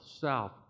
south